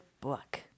book